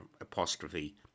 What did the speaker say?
apostrophe